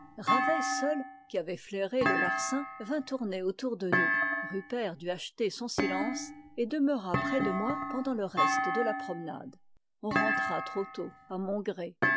ravet seul qui avait flairé le larcin vint tourner autour de nous rupert dut acheter son silence et demeura près de moi pendant le reste de la promenade on rentra trop tôt à mon gré